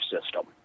system